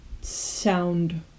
sound